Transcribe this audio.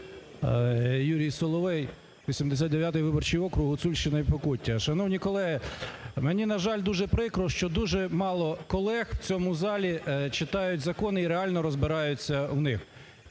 Юрій Соловей, 89 виборчий округ, Гуцульщина і Покуття. Шановні колеги! Мені, на жаль, дуже прикро, що дуже мало колег в цьому залі читають закони і реально розбираються в них.